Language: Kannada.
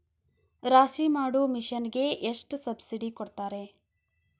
ರಾಶಿ ಮಾಡು ಮಿಷನ್ ಗೆ ಎಷ್ಟು ಸಬ್ಸಿಡಿ ಕೊಡ್ತಾರೆ?